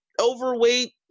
overweight